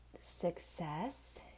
success